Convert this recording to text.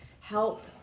help